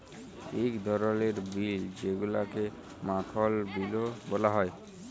ইক ধরলের বিল যেগুলাকে মাখল বিলও ব্যলা হ্যয়